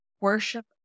Worship